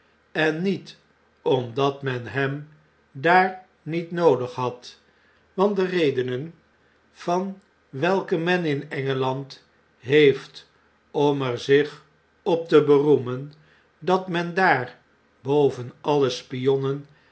en niet omdat men hem daar niet noodig had want de redenen welke men in engeland heeft om er zich op te beroemen dat men daar boven alle spionnen